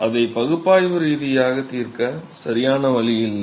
அதை பகுப்பாய்வு ரீதியாக தீர்க்க சரியான வழி இல்லை